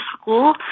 school